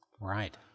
Right